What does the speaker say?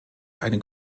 eine